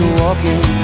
walking